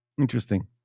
Interesting